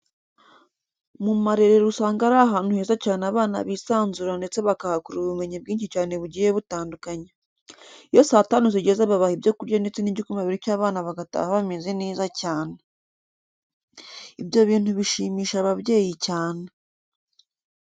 Mu marerero usanga ari ahantu heza cyane abana bisanzurira ndetse bakahakura ubumenyi bwinshi cyane bugiye butandukanye. Iyo saa tanu zigeze babaha ibyo kurya ndetse n'igikoma bityo abana bagataha bameze neza cyane. Ibyo bintu bishimisha ababyeyi cyane.